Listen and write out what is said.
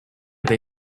they